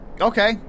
Okay